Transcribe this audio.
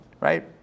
right